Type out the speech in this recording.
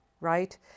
right